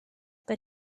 but